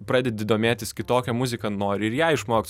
pradedi domėtis kitokia muzika nori ir ją išmokt